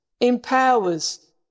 empowers